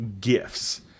gifts